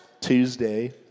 Tuesday